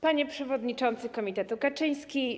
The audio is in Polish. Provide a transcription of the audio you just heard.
Panie Przewodniczący Komitetu Kaczyński!